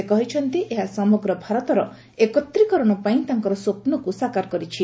ସେ କହିଛନ୍ତି ଏହା ସମଗ୍ର ଭାରତର ଏକତ୍ରୀକରଣ ପାଇଁ ତାଙ୍କର ସ୍ୱପ୍ରକୁ ସାକାର କରିଛି